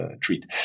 treat